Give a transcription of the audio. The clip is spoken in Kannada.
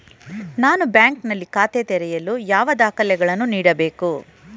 ನಾನು ಬ್ಯಾಂಕ್ ನಲ್ಲಿ ಖಾತೆ ತೆರೆಯಲು ಯಾವ ದಾಖಲೆಗಳನ್ನು ನೀಡಬೇಕು?